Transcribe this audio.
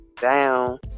down